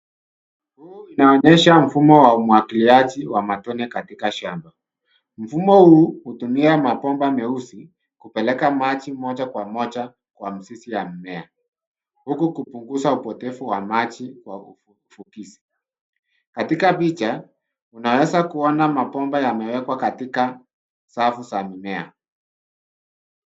Huu inaonyesha mfumo wa umwagiliaji wa matone katika shamba. Mfumo huu hutumia mabomba meusi, kupeleka maji moja kwa moja kwa mizizi ya mimea, huku kupungua upotevu wa maji kwa uvukizi. Katika picha, unaweza kuona mabomba yamewekwa katika safu za mimea.